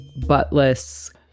buttless